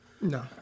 No